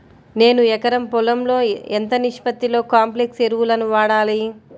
నేను ఎకరం పొలంలో ఎంత నిష్పత్తిలో కాంప్లెక్స్ ఎరువులను వాడాలి?